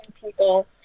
people